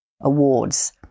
awards